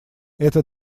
эта